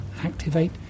activate